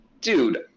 dude